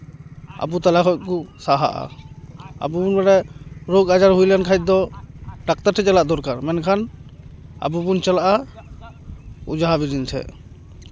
ᱟᱵᱚ ᱛᱟᱞᱟ ᱠᱷᱚᱱ ᱠᱚ ᱥᱟᱦᱟᱜᱼᱟ ᱟᱵᱚ ᱵᱚᱱ ᱵᱟᱲᱟᱭᱟ ᱨᱳᱜᱽ ᱟᱡᱟᱨ ᱦᱩᱭ ᱞᱮᱱᱠᱷᱟᱱ ᱫᱚ ᱰᱟᱠᱛᱟᱨ ᱴᱷᱮᱱ ᱪᱟᱞᱟᱜ ᱫᱚᱨᱠᱟᱨ ᱢᱮᱱᱠᱷᱟᱱ ᱟᱵᱚ ᱵᱚᱱ ᱪᱟᱞᱟᱜᱼᱟ ᱚᱡᱷᱟ ᱵᱩᱡᱷᱤᱱ ᱴᱷᱮᱱ